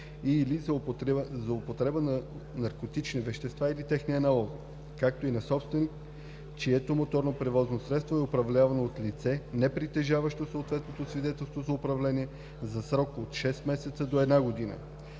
за употреба на наркотични вещества или техни аналози, както и на собственик, чието моторно превозно средство е управлявано от лице, непритежаващо съответното свидетелство за управление – за срок от 6 месеца до една